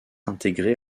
intégré